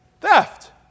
theft